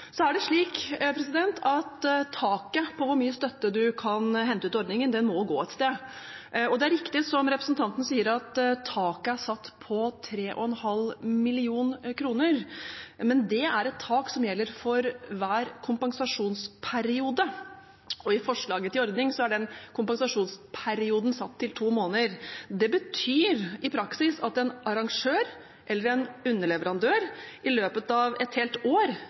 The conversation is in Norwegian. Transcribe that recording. Taket for hvor mye støtte man kan hente ut av ordningen, må gå et sted. Det er riktig, som representanten sier, at taket er satt til 3,5 mill. kr, men det er et tak som gjelder for hver kompensasjonsperiode, og i forslaget til ordning er den kompensasjonsperioden satt til to måneder. Det betyr i praksis at en arrangør eller en underleverandør i løpet av et helt år